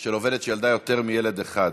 של עובדת שילדה יותר מילד אחד),